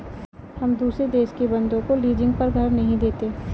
हम दुसरे देश के बन्दों को लीजिंग पर घर नहीं देते